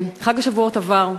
חג השבועות עבר,